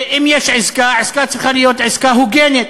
אם יש עסקה, העסקה צריכה להיות עסקה הוגנת.